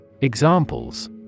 Examples